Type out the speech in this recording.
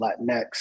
Latinx